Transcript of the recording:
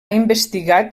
investigat